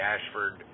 Ashford